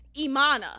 Imana